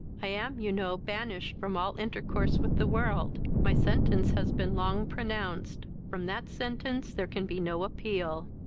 i am you know banished from all intercourse with the world my sentence has been long pronounced from that sentence there can be no appeal.